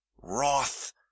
wrath